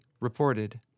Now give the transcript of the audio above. reported